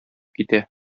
китә